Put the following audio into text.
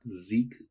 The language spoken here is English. Zeke